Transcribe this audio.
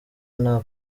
nta